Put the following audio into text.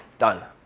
done.